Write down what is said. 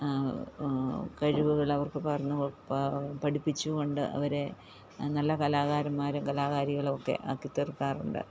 കഴിവുകൾ അവർക്ക് പഠിപ്പിച്ച് കൊണ്ട് അവരെ നല്ല കലാകാരന്മാരും കലാകാരികളുമൊക്കെ ആക്കി തീർക്കാറുണ്ട്